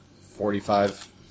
Forty-five